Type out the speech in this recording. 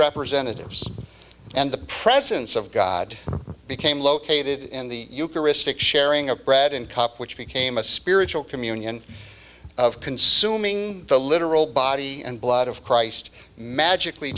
representatives and the presence of god became located in the eucharistic sharing of bread and cup which became a spiritual communion of consuming the literal body and blood of christ magically